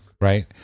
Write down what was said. right